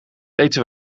eten